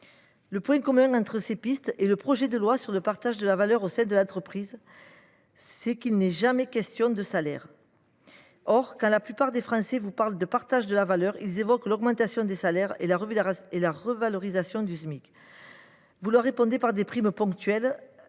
le ministre, ces diverses pistes et le projet de loi relatif au partage de la valeur au sein de l’entreprise ont au moins un point commun : il n’y est jamais question des salaires. Or, quand la plupart des Français vous parlent de partage de la valeur, ils évoquent l’augmentation des salaires et la revalorisation du Smic. Vous leur répondez par des primes ponctuelles,